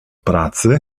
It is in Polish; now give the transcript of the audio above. pracy